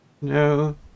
No